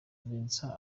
vincent